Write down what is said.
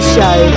Show